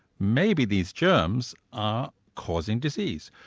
maybe these germs are causing disease.